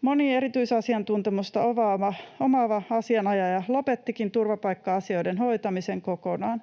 Moni erityisasiantuntemusta omaava asianajaja lopettikin turvapaikka-asioiden hoitamisen kokonaan,